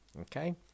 Okay